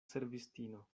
servistino